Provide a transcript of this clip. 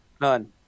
None